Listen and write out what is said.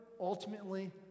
ultimately